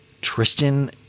Tristan